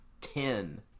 ten